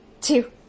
two